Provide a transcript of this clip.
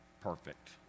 perfect